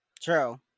True